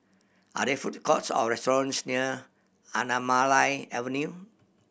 are there food courts or restaurants near Anamalai Avenue